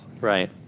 Right